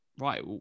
right